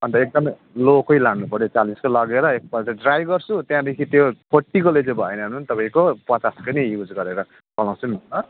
अन्त एकदमै लोकै लानु पर्यो चालिसकै लगेर एकपल्ट ट्राई गर्छु त्यहाँदेखि त्यो फोर्टीकोले चाहिँ भएन भने तपाईँको पचासको नै युज गरेर चलाउँछु नि ल